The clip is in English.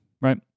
right